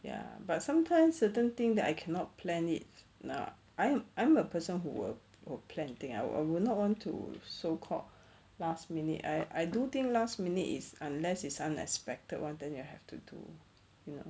ya but sometimes certain thing that I cannot plan it now I I'm a person who will will plan thing I will will not want to so called last minute I I do thing last minute is unless it's unexpected one then you have to do you know